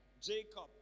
Jacob